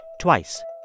twice